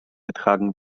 getragen